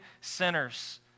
sinners